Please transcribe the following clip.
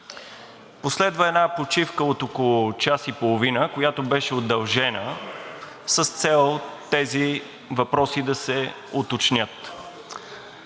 Последва една почивка от около час и половина, която беше удължена с цел тези въпроси да се уточнят.